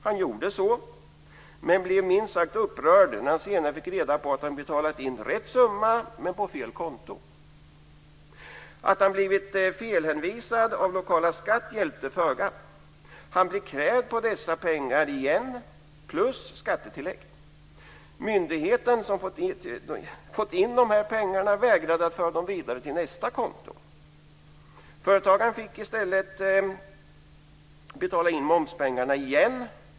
Han gjorde så, men han blev minst sagt upprörd när han senare fick reda på att han betalat in rätt summa på fel konto. Att han blivit felhänvisad av lokala skattemyndigheten hjälpte föga. Han blev krävd på dessa pengar igen plus skattetillägg. Myndigheten som fått in pengarna vägrade att föra dem vidare till nästa konto. Företagaren fick i stället betala in momspengarna igen.